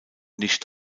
nicht